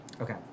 Okay